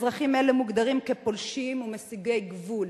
אזרחים אלה מוגדרים כפולשים ומסיגי גבול,